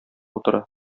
утыра